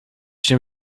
się